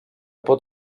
pot